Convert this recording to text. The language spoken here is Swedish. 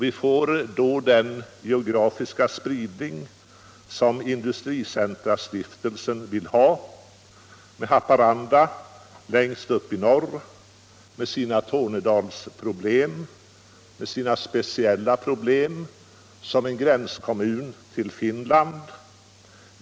Vi får då den geografiska spridning som Stiftelsen Industricentra vill ha. Haparanda ligger längst upp i norr med sina Tornedalsproblem, med sina speciella problem som en gränskommun - vid gränsen till Finland.